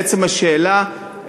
לעצם השאלה,